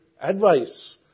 advice